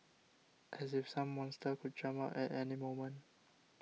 as if some monster could jump out at any moment